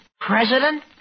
President